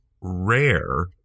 rare